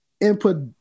Input